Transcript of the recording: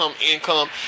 income